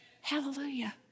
Hallelujah